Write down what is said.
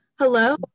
Hello